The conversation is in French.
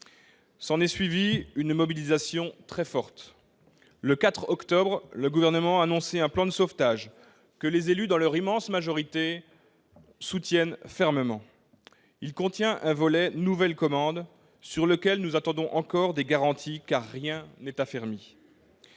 de Belfort. Une mobilisation très forte s'est ensuivie. Le 4 octobre, le Gouvernement a annoncé un plan de sauvetage que les élus, dans leur immense majorité, soutiennent fermement. Ce plan contient un volet « nouvelles commandes » sur lequel nous attendons encore des garanties, car rien n'est assuré.